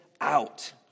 out